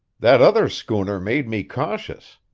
that other schooner made me cautious.